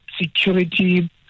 security